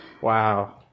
Wow